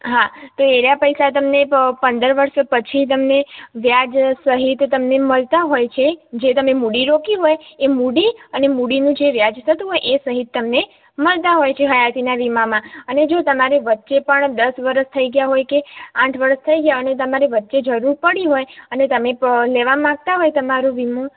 હા તો એ રહ્યા પૈસા તમને પંદર વર્ષ પછી તમને વ્યાજ સહિત તમને મળતા હોય છે જે તમે મૂડી રોકી હોય એ મૂડી અને મૂડીનું જે વ્યાજ થતું હોય એ સહિત તમને મળતા હોય છે હયાતીના વીમામાં અને જો તમારે વચ્ચે પણ દસ વરસ થઈ ગયાં હોય કે આઠ વરસ થઇ ગયાં હોય અને તમારે વચ્ચે જરૂર પડી હોય અને તમે લેવા માગતા હોય તમારો વીમો